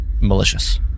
malicious